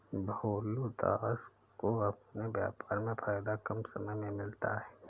भोलू दास को अपने व्यापार में फायदा कम समय में मिलता है